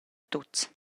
tuts